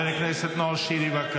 אל תיתני עצות לשר הפנים.